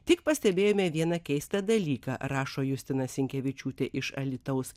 tik pastebėjome vieną keistą dalyką rašo justina sinkevičiūtė iš alytaus